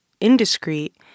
indiscreet